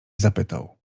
zapytał